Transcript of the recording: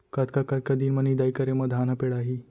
कतका कतका दिन म निदाई करे म धान ह पेड़ाही?